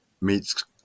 meets